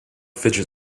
fidget